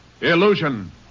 Illusion